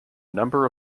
number